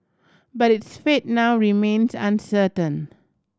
but its fate now remains uncertain